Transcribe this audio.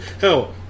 hell